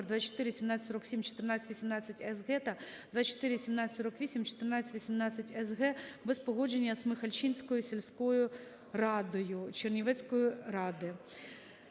24-1747/14-18-СГ та № 24-1748/14-18-СГ, без погодження з Михальчанською сільською радою Чернівецької ради.